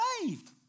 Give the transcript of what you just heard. saved